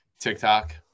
TikTok